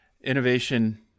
innovation